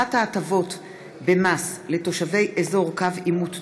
(הארכת ההטבות במס לתושבי אזור קו עימות דרומי),